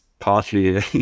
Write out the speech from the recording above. partly